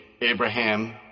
Abraham